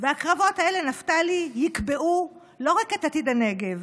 הקרבות האלה, נפתלי, יקבעו לא רק את עתיד הנגב